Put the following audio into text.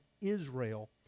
Israel